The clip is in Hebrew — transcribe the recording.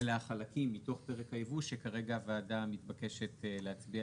אלה החלקים מתוך פרק היבוא שכרגע הוועדה מתבקשת להצביע